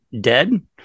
dead